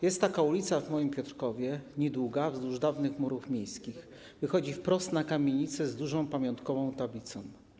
Jest taka ulica w moim Piotrkowie, niedługa, wzdłuż dawnych murów miejskich, wychodzi wprost na kamienicę z dużą, pamiątkową tablicą.